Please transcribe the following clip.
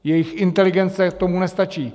Jejich inteligence k tomu nestačí.